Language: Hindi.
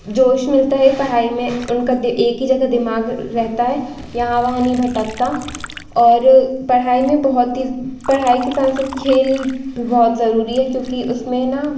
जोश मिलता है पढ़ाई में उनका दि एक ही जगह दिमाग रहता है यहाँ वहाँ नहीं भटकता और पढाई में बहुत ही पढ़ाई के साथ साथ खेल भी बहुत ज़रूरी है क्योंकि उसमें है न